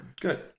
Good